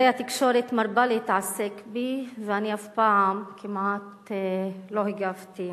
הרי התקשורת מרבה להתעסק בי ואני אף פעם כמעט לא הגבתי.